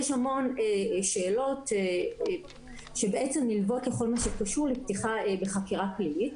יש המון שאלות שנלוות לכל מה שקשור לפתיחה בחקירה פלילית.